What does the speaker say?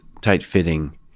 tight-fitting